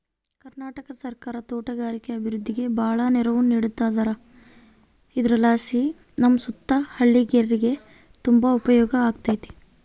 ಕರ್ನಾಟಕ ಸರ್ಕಾರ ತೋಟಗಾರಿಕೆ ಅಭಿವೃದ್ಧಿಗೆ ಬಾಳ ನೆರವು ನೀಡತದಾರ ಇದರಲಾಸಿ ನಮ್ಮ ಸುತ್ತಲ ಹಳ್ಳೇರಿಗೆ ತುಂಬಾ ಉಪಯೋಗ ಆಗಕತ್ತತೆ